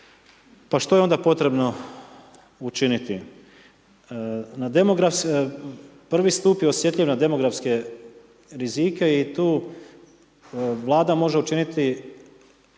Pa što je onda potrebno učiniti? Prvi stup je osjetljiv na demografske rizike i tu Vlada može učiniti